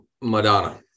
Madonna